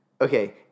Okay